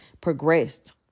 progressed